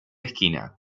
esquina